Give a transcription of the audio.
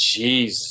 Jeez